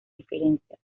diferencias